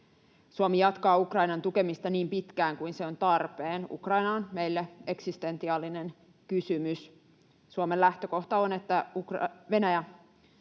Suomi jatkaa Ukrainan tukemista niin pitkään kuin se on tarpeen. Ukraina on meille eksistentiaalinen kysymys. Suomen lähtökohta on, että Venäjä